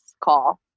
call